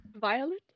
Violet